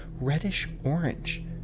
reddish-orange